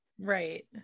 Right